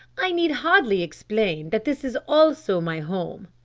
i need hardly explain that this is also my home.